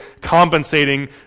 compensating